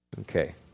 Okay